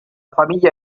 famiglia